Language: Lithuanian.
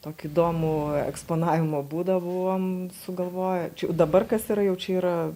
tokį įdomų eksponavimo būdą buvom sugalvoję čia jau dabar kas yra jau čia yra